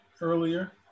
earlier